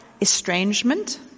estrangement